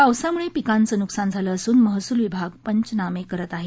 पावसामुळे पिकाचं नुकसान झालं असून महसूल विभाग पंचनामे करत आहे